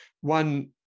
one